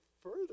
further